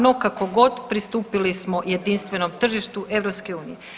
No kakogod pristupili smo jedinstvenom tržištu EU.